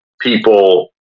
people